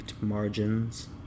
margins